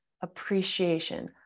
appreciation